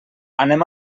anem